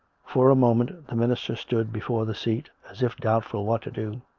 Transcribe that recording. for a moment the minister stood before the seat, as if doubtful what to do.